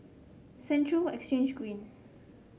Central Exchange Green